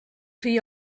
rhy